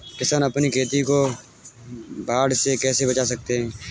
किसान अपनी खेती को बाढ़ से कैसे बचा सकते हैं?